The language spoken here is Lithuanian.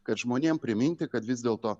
kad žmonėm priminti kad vis dėlto